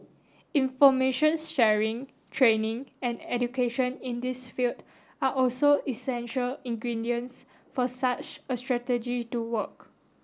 informations sharing training and education in this field are also essential ingredients for such a strategy to work